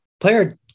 Player